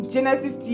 Genesis